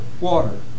water